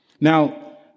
Now